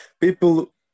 People